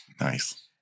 Nice